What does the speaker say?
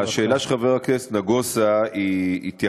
השאלה של חבר הכנסת נגוסה התייחסה